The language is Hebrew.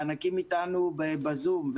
הענקים אתנו בזום,